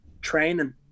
training